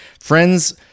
friends